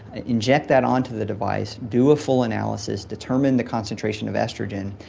inject that onto the device, do a full analysis, determine the concentration of oestrogen.